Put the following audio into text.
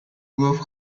گفت